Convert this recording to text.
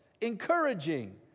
encouraging